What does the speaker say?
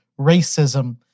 racism